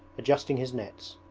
adjusting his nets.